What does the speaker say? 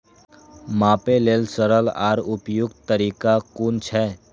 मापे लेल सरल आर उपयुक्त तरीका कुन छै?